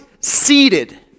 seated